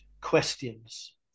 questions